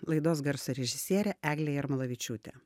laidos garso režisierė eglė jarmolavičiūtė